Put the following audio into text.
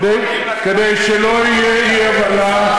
כדי שלא תהיה אי-הבנה,